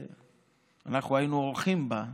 שאנחנו היינו אורחים בה,